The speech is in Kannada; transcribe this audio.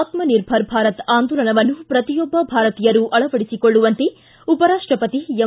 ಆತ್ಮನಿರ್ಭರ ಭಾರತ ಆಂದೋಲನವನ್ನು ಪ್ರತಿಯೊಬ್ಬ ಭಾರತೀಯರೂ ಅಳವಡಿಸಿಕೊಳ್ಳುವಂತೆ ಉಪರಾಷ್ವಪತಿ ಎಂ